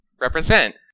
represent